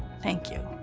thank you.